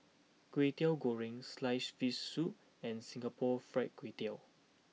Kway Teow Goreng Sliced Fish Soup and Singapore Fried Kway Tiao